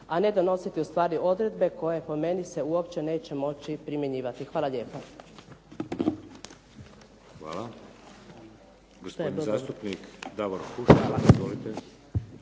a ne donositi ustvari odredbe koje po meni se uopće neće moći primjenjivati. Hvala lijepa.